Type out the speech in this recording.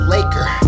Laker